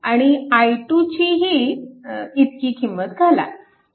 आणि i2 ची ही इतकी किंमत घाला